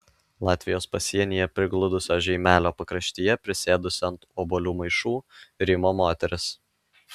latvijos pasienyje prigludusio žeimelio pakraštyje prisėdusi ant obuolių maišų rymo moteris